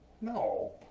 No